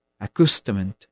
accustomed